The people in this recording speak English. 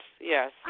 Yes